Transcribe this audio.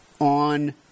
on